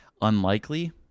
unlikely